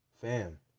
fam